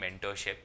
mentorship